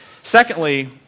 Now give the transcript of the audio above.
Secondly